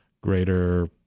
greater